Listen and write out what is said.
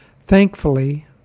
Thankfully